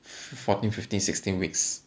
fourteen fifteen sixteen weeks